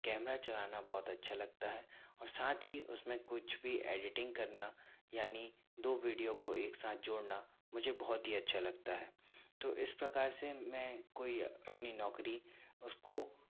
camera चलाना बहुत अच्छा लगता है और साथ ही उसमें कुछ भी एडिटिंग करना यानि दो विडियो को एक साथ जोड़ना मुझे बहुत ही अच्छा लगता है तो इस प्रकार से मैं कोई अपनी नौकरी उसको